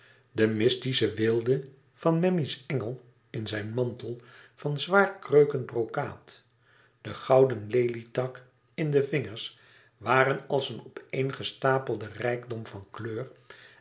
de mystische weelde van memmi's engel in zijn mantel van zwaarkreukend brokaat de gouden lelietak in de vingers waren als een opeengestapelde rijkdom van kleur